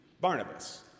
Barnabas